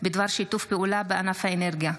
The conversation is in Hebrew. בדבר שיתוף פעולה בענף האנרגיה,